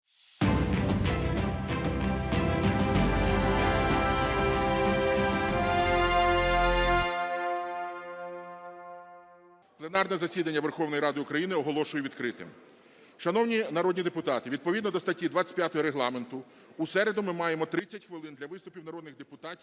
Пленарне засідання Верховної Ради України оголошую відкритим. Шановні народні депутати, відповідно до статті 25 Регламенту у середу ми маємо 30 хвилин для виступів народних депутатів